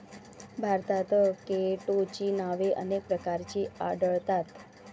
भारतात केटोची नावे अनेक प्रकारची आढळतात